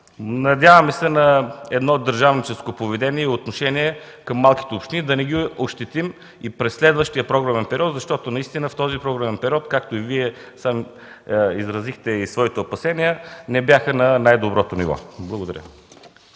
Надяваме се на държавническо поведение и отношение към малките общини, да не ги ощетим и през следващия програмен период, защото наистина в този програмен период, както и Вие сам изразихте своите опасения, не бяха на най-доброто ниво. Благодаря.